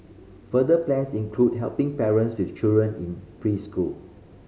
further plans include helping parents with children in preschool